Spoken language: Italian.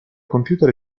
computer